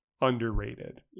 underrated